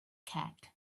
cat